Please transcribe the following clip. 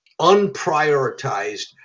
unprioritized